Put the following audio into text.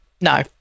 No